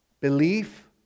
Belief